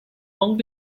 long